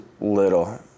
little